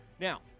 Now